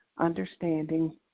understanding